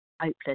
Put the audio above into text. hopeless